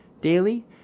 daily